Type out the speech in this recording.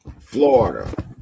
Florida